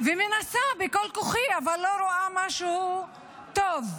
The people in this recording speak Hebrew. ומנסה בכל כוחי, אבל לא רואה משהו טוב.